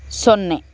ಸೊನ್ನೆ